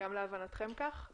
גם להבנתכם כך?